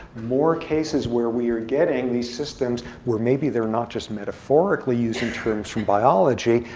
more cases where we are getting these systems where maybe they're not just metaphorically using terms from biology.